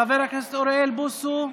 חבר הכנסת אוריאל בוסו,